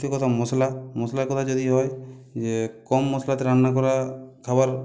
দ্বিতীয় কথা মশলা মশলার কথাই যদি হয় যে কম মশলাতে রান্না করা খাবার